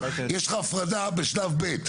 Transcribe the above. יש לך הפרדה בשלב ב'.